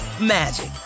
magic